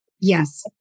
Yes